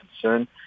concern